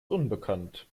unbekannt